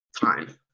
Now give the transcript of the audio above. time